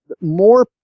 more